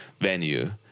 venue